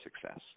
success